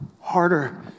harder